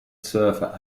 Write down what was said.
surfer